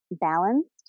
balanced